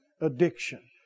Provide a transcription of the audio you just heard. Addiction